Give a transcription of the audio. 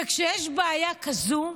וכשיש בעיה כזו,